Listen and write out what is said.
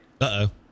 Uh-oh